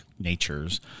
natures